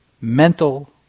mental